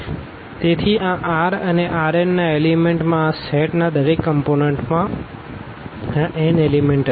તેથી આ R અને R n ના એલીમેન્ટમાં આ સેટના દરેક કમપોનન્ટમાં આ n એલીમેન્ટ હશે